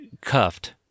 cuffed